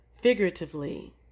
figuratively